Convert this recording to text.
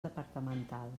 departamentals